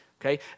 okay